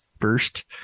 first